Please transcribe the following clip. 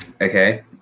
Okay